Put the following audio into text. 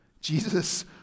Jesus